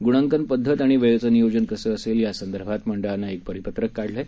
गुणांकन पद्धती आणि वेळाचं नियोजन कसं असेल यासंदर्भात मंडळानं एक परिपत्रक काढलं आहे